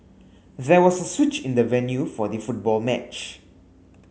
there was a switch in the venue for the football match